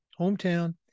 Hometown